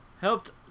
helped